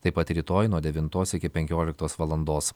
taip pat rytoj nuo devintos iki penkioliktos valandos